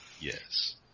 Yes